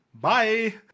bye